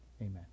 Amen